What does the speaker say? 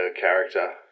character